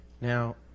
Now